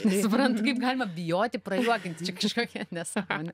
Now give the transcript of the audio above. nesuprantu kaip galima bijoti prajuokinti čia kažkokia nesąmonė